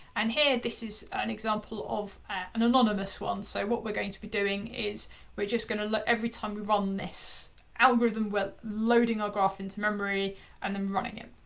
and here, this is an example of an anonymous one. so what we're going to be doing is we're just gonna let every time we run this algorithm, we're loading our graph into memory and then running it.